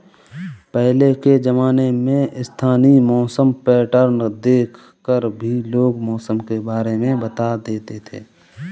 पहले के ज़माने में स्थानीय मौसम पैटर्न देख कर भी लोग मौसम के बारे में बता देते थे